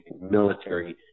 military